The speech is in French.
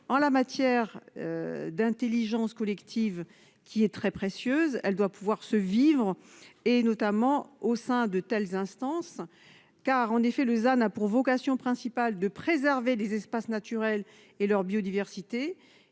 en la matière. D'Intelligence collective qui est très précieuse, elle doit pouvoir se vivre et notamment au sein de telles instances car en effet Lusa n'a pour vocation principale de préserver les espaces naturels et leur biodiversité.